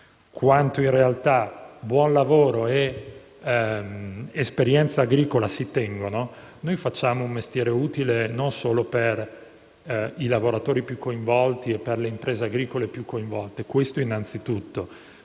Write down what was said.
quanto in realtà buon lavoro e esperienza agricola siano uniti, noi facciamo un mestiere utile non solo per i lavoratori più coinvolti e per le imprese agricole più coinvolte (questo, prima di tutto),